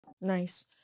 Nice